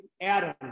Adam